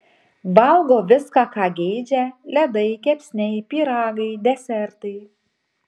valgo viską ką tik geidžia ledai kepsniai pyragai desertai